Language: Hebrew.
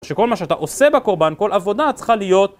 שכל מה שאתה עושה בקורבן, כל עבודה צריכה להיות...